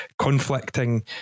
conflicting